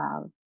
love